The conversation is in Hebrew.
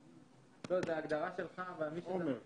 מר שי בירן, אתה מוכן לדבר?